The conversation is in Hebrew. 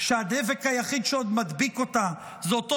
שהדבק היחיד שעוד מדביק אותה זה אותו